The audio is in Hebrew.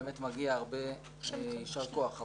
באמת מגיע הרבה יישר כוח.